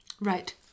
Right